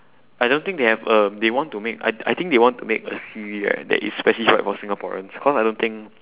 I don't think they have a they want to make I I think they want to make a siri that is specified for singaporeans cause I don't think